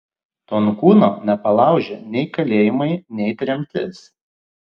tonkūno nepalaužė nei kalėjimai nei tremtis